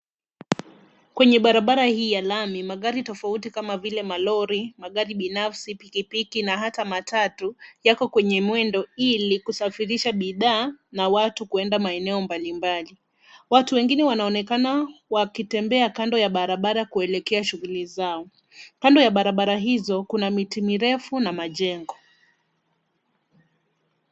Kwenye barabara hii ya lami magari tofauti kama vile malori, magari binafsi, pikipiki na hata matatu yako kwenye mwendo ili kusafirisha bidhaa na watu kuenda maeneo mbali mbali. Watu wengine wanaonekana wakitembea kando ya barabara kuelekea shughuli zao. Kando ya barabara hizo kuna miti mirefu na majengo.